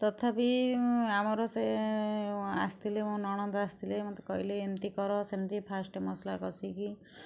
ତଥାପି ଆମର ସେ ଆସିଥିଲେ ମୋ ନଣନ୍ଦ ଆସିଥିଲେ ସେ କହିଲେ ଏମିତି କର ସେମିତି ଫାଷ୍ଟ ମସଲା କଷିକି